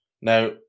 Now